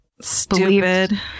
stupid